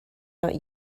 not